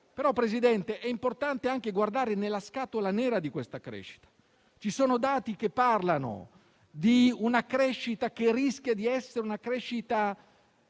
Però, presidente Draghi, è importante anche guardare nella scatola nera di questa crescita: ci sono dati che parlano di una crescita che rischia di essere dai piedi